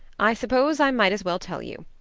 i suppose i might as well tell you.